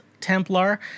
Templar